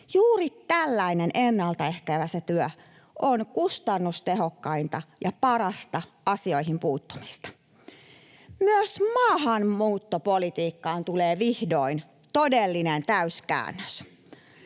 Juuri tällainen ennaltaehkäisevä työ on kustannustehokkainta ja parasta asioihin puuttumista. Myös maahanmuuttopolitiikkaan tulee vihdoin todellinen täyskäännös.